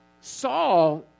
Saul